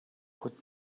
would